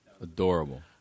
Adorable